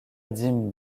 dîme